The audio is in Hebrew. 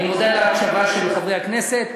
אני מודה על ההקשבה של חברי הכנסת,